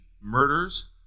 Murders